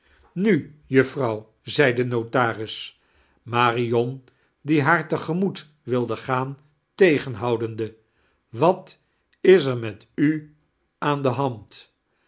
nu juffrouw zei de notaris marion die haar te gemoet wilde gaan tegenhoudenda wat is er met u aan de hand